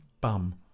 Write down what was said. bum